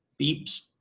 beeps